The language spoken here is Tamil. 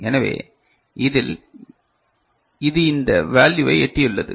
எனவே இதில் இது இந்த வேல்யூவை எட்டியுள்ளது